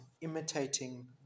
imitating